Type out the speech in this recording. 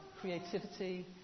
creativity